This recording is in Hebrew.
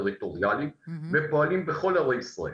טריטוריאליים ופועלים בכל ערי ישראל,